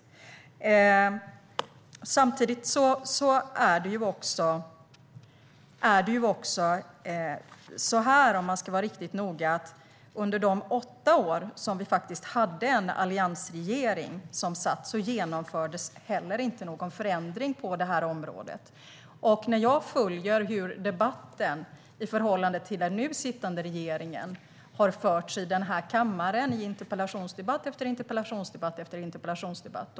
Om man ska vara riktigt noga genomfördes det inte heller någon förändring på området under de åtta år som vi hade en alliansregering. Jag har följt hur debatten har förts i den här kammaren i förhållande till den nu sittande regeringen, i interpellationsdebatt efter interpellationsdebatt.